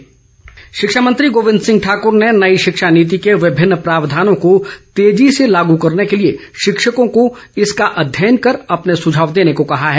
गोविंद ठाकुर शिक्षा मंत्री गोविंद सिंह ठाकूर ने नई शिक्षा नीति के विभिन्न प्रावधानों को तेजी से लागू करने के लिए शिक्षकों को इसका अध्ययन कर अपने सुझाव देने को कहा है